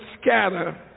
scatter